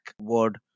word